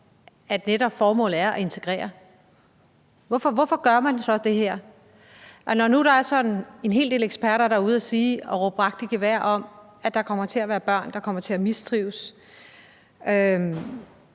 at formålet netop er at integrere. Hvorfor gør man så det her? Når der nu er en hel del eksperter, der er ude at råbe vagt i gevær og sige, at der kommer til at være børn, der kommer til at mistrives,